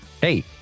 hey